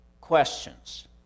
questions